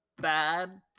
bad